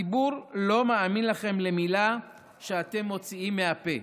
הציבור לא מאמין לכם לאף מילה שאתם מוציאים מהפה